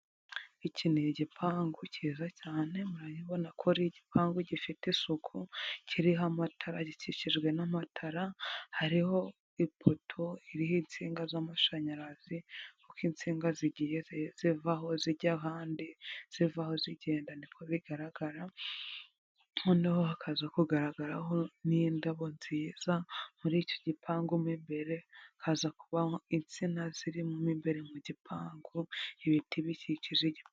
Iki ni igipangu cyiza cyane, murabibona ko ari igipangu gifite isuku, kiriho amatara gikikijwe n'amatara, hariho ipoto, iriho insinga z'amashanyarazi, kuko insinga zigiye zivaho zijya ahandi, zivaho zigenda niko bigaragara, noneho hakaza kugaragaraho n'indabo nziza muri icyo gipangu mu imbere, haza kubaho insina ziri mu imbere mu gipangu ibiti bikikije igi.